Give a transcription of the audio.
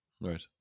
Right